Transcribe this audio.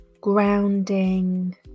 grounding